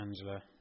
Angela